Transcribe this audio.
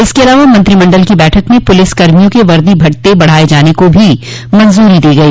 इसके अलावा मंत्रिमंडल को बैठक में पुलिस कर्मियों के वर्दी भत्ते को बढ़ाये जाने को भी मंजूरी दी गई